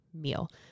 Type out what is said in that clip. meal